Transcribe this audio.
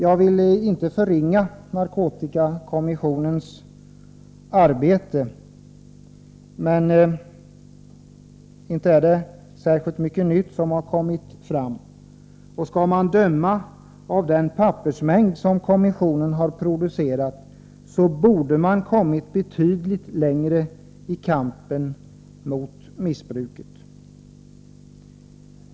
Jag vill inte förringa narkotikakommissionens arbete, men inte har det kommit fram så särskilt mycket nytt. Skall man döma av den pappersmängd som kommissionen har producerat borde den ha kommit betydligt längre i kampen mot missbruket.